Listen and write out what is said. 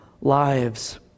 lives